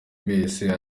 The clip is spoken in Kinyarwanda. wese